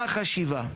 מה החשיבה?